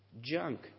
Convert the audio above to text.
junk